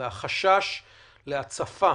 וזה החשש להצפה